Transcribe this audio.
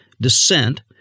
dissent